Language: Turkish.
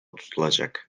tutulacak